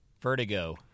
vertigo